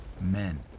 men